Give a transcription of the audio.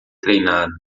treinado